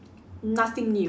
nothing new